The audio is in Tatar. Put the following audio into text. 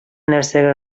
нәрсәгә